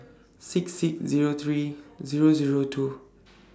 six six Zero three Zero Zero two